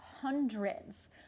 hundreds